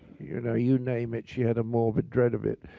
you know you name it, she had a morbid dread of it.